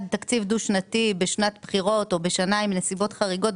תקציב דו שנתי בשנת בחירות או בשנה עם נסיבות חריגות,